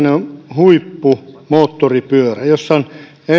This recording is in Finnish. huippumoottoripyörä jossa on